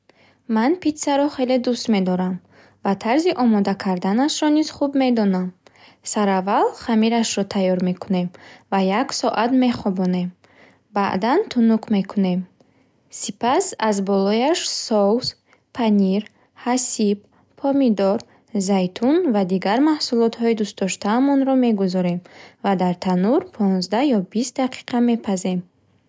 Ман питсаро хеле дуст медорам. Ва тарзи омода карданашро низ хуб медонам. Саравал хамирашро таёр мекунем ва як соат мехобонем. Баъдан тунук мекунем. Сипас аз болояш соус, панир, ҳасиб, помидор, зайтун ва дигар маҳсулотҳои дустдоштаамонро мегузорем ва дар танӯр понздаҳ ё бист дақиқа мепазем.